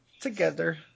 Together